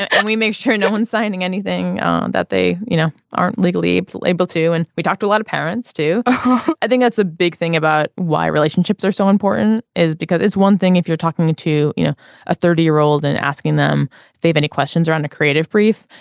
and we make sure no one signing anything that they you know aren't legally able to and we talked to a lot of parents do i think that's a big thing about why relationships are so important is because it's one thing if you're talking to you know a thirty year old and asking them if they've any questions are on a creative brief.